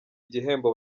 igihembo